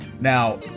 Now